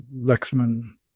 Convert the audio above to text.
Lexman